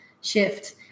shift